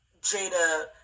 Jada